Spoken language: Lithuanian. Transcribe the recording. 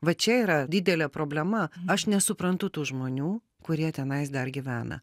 va čia yra didelė problema aš nesuprantu tų žmonių kurie tenais dar gyvena